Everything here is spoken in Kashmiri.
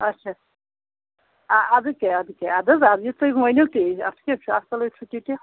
اچھا اَدٕ کیٛاہ اَ اَدٕ کیٛاہ اَدٕ حظ اَدٕ یہِ تُہۍ ؤنِو تی اَتھ کیٛاہ چھُ اصٕلَے چھُ تِتہِ